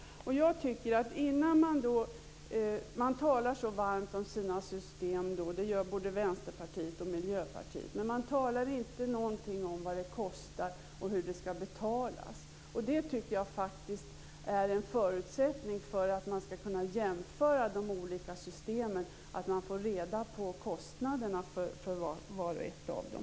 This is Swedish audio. Inom både Vänsterpartiet och Miljöpartiet talar man så varmt om sina system men man säger inte någonting om vad det kostar och om hur det skall betalas. Jag tycker att det, för att det skall gå att jämföra de olika systemen, är en förutsättning att man får reda på kostnaderna för vart och ett av dem.